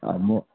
म